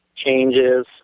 changes